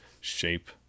shape